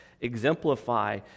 exemplify